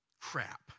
crap